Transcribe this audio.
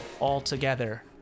altogether